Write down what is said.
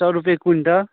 सओ रुपैए क्विन्टल